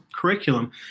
curriculum